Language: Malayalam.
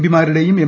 പി മാരുടേയും എം